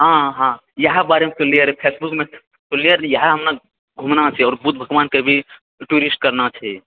हँ हँ इहा बारेमे सुनलिऐ फेसबुकमे सुनलिऐ इहा हमरा घूमना छी आओर बुद्ध भगवानके भी टूरिस्ट करना छी